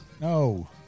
No